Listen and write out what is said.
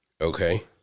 Okay